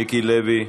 מיקי לוי,